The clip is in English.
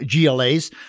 GLAs